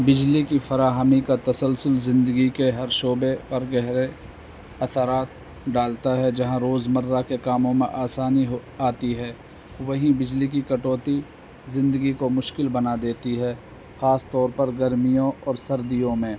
بجلی کی فراہمی کا تسلسل زندگی کے ہر شعبے پر گہرے اثرات ڈالتا ہے جہاں روز مرہ کے کاموں میں آسانی ہو آتی ہے وہیں بجلی کی کٹوتی زندگی کو مشکل بنا دیتی ہے خاص طور پر گرمیوں اور سردیوں میں